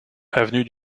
avenue